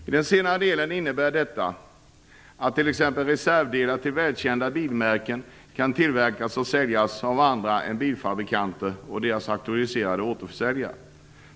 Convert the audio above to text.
I den senare delen innebär detta att t.ex. reservdelar till välkända bilmärken kan tillverkas och säljas av andra än bilfabrikanter och deras auktoriserade återförsäljare.